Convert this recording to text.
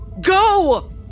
go